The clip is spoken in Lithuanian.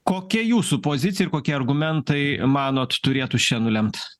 kokia jūsų pozicija ir kokie argumentai manot turėtų šian nulemt